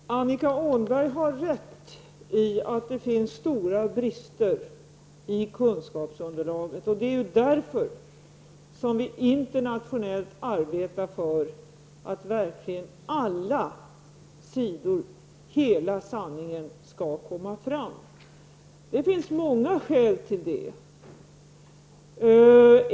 Fru talman! Annika Åhnberg har rätt i att det finns stora brister i kunskapsunderlaget. Därför arbetar vi internationellt för att verkligen alla sidor och hela sanningen skall komma fram. Det finns många skäl till det.